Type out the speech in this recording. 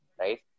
right